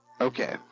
Okay